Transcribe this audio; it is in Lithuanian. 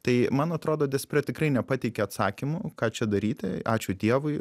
tai man atrodo despre tikrai nepateikia atsakymų ką čia daryti ačiū dievui